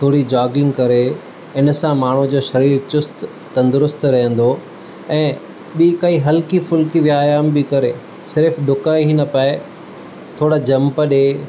थोरी जॉगिंग करे हिनसां माण्हूअ जो शरीरु चुस्त तंदुरूस्त रहंदो ऐं ॿीं काई हल्की फ़ुल्की व्यायाम बि करे सिर्फ़ु डुक ही न पाए थोरा जंप ॾे